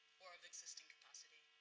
or of existing capacity.